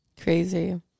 Crazy